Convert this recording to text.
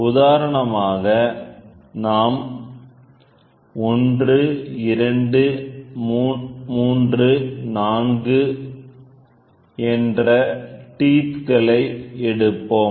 உதாரணமாக நாம் 1 2 3 4 என்ற டீத் களை எடுப்போம்